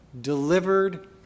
delivered